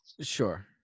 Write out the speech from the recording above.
Sure